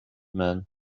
man